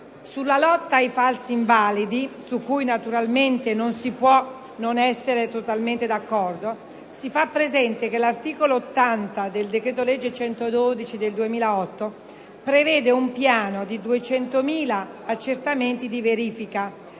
Sulla lotta ai falsi invalidi, su cui naturalmente non si può non essere totalmente d'accordo, faccio presente che l'articolo 80 del decreto‑legge n. 112 del 2008 prevede un piano di 200.000 accertamenti di verifica